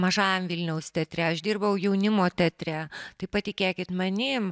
mažajam vilniaus teatre aš dirbau jaunimo teatre tai patikėkit manim